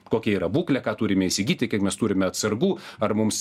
kokia yra būklė ką turime įsigyti kiek mes turime atsargų ar mums